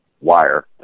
wire